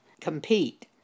compete